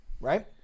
right